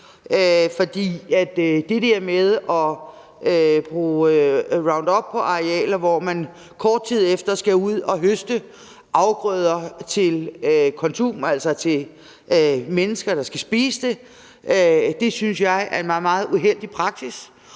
for det der med at bruge Roundup på arealer, hvor man kort tid efter skal ud og høste afgrøderne til konsum, altså til mennesker, der skal spise dem, synes jeg er en meget, meget uheldig praksis.